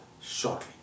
shortly